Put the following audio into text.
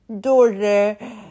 daughter